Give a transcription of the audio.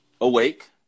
Awake